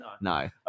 No